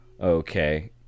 Okay